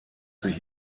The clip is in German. sich